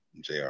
JR